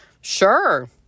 Sure